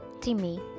Timmy